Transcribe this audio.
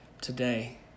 today